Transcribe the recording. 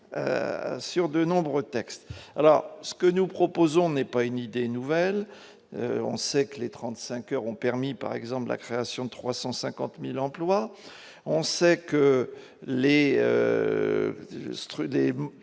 sur de nombreux textes alors ce que nous proposons n'est pas une idée nouvelle, on sait que les 35 heures ont permis par exemple de la création de 350000 emplois, on sait que les